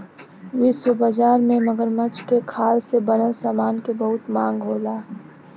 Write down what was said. विश्व बाजार में मगरमच्छ के खाल से बनल समान के बहुत मांग होला